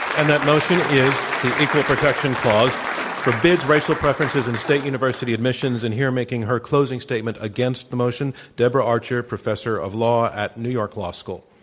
and the equal protection clause forbids racial preferences in state university admissions. and here making her closing statement against the motion, deborah archer, professor of law at new york law school.